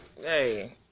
hey